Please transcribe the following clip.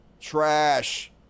trash